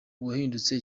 wahindutse